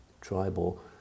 Tribal